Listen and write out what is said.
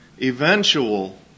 eventual